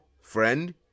friend